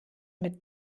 mit